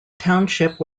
township